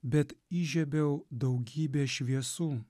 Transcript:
bet įžiebiau daugybę šviesų